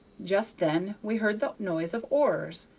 just then we heard the noise of oars,